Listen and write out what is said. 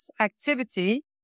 activity